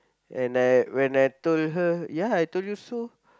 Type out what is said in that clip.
and I when I told her ya I told you so